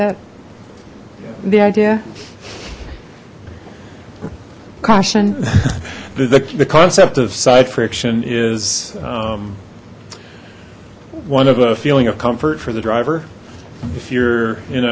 that the idea caution the concept of side friction is one of a feeling of comfort for the driver if you're in